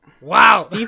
Wow